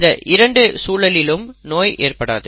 இந்த இரண்டு சூழலிலும் நோய் ஏற்படாது